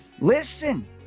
listen